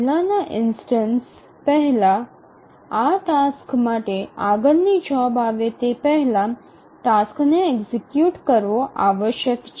પહેલાના ઇન્સ્ટનસ પહેલાં આ ટાસ્ક માટે આગળની જોબ આવે તે પહેલાં ટાસ્કને એક્ઝિકયુટ કરવો આવશ્યક છે